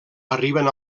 arriben